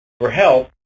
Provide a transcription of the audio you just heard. for help,